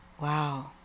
Wow